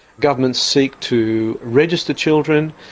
governments seek to register children.